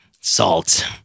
Salt